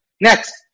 Next